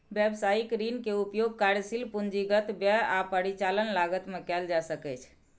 व्यवसायिक ऋण के उपयोग कार्यशील पूंजीगत व्यय आ परिचालन लागत मे कैल जा सकैछ